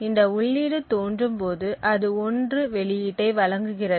இந்த உள்ளீடு தோன்றும்போது அது 1 வெளியீட்டை வழங்குகிறது